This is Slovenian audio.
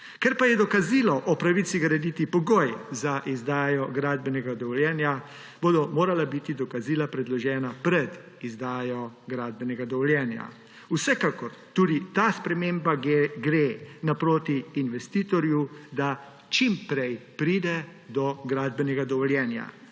Ker pa je dokazilo o pravici graditi pogoj za izdajo gradbenega dovoljenja, bodo morala biti dokazila predložena pred izdajo gradbenega dovoljenja. Vsekakor tudi ta sprememba gre naproti investitorju, da čim prej pride do gradbenega dovoljenja.